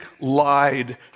lied